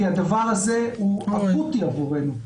כי הדבר הזה הוא אקוטי עבורנו.